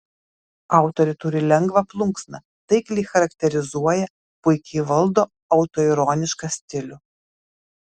autorė turi lengvą plunksną taikliai charakterizuoja puikiai valdo autoironišką stilių